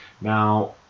Now